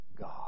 God